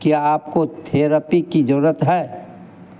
क्या आपको थेरेपी की ज़रूरत है